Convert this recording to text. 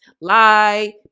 lie